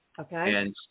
Okay